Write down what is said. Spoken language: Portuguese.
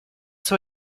são